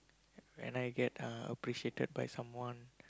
when I get uh appreciated by someone